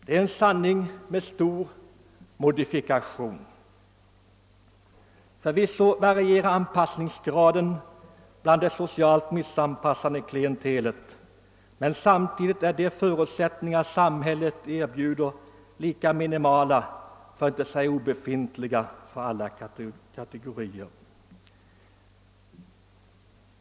Det är en sanning med stor modifikation. Förvisso varierar anpassningsgraden bland det socialt missanpassade klientelet, men samtidigt är de förutsättningar samhället erbjuder lika minimala, för att inte säga lika obefintliga, för alla kategorier.